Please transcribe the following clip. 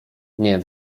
nie